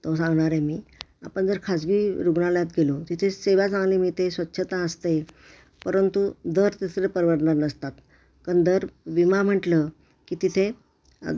तो सांगणा र आहे मी आपण जर खाजगी रुग्णालयात गेलो तिथे सेवा चांगली मिळते स्वच्छता असते परंतु दर तिथले परवडणारे नसतात पण दर विमा म्हटलं की तिथे